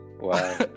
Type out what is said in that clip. Wow